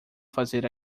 fazer